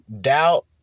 doubt